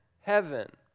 heaven